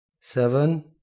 seven